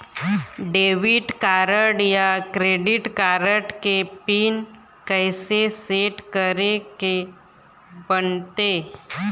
Debit card या credit card के pin कइसे सेट करे के बनते?